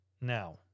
now